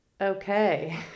Okay